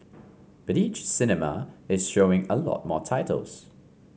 but each cinema is showing a lot more titles